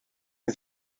ist